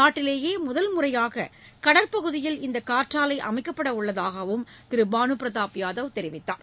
நாட்டிலேயே முதன்முறையாக கடற்பகுதியில் இந்த காற்றாலை அமைக்கப்படவுள்ளதாகவும் திரு பானு பிரதாப் யாதவ் தெரிவித்தார்